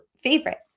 favorite